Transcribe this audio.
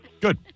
Good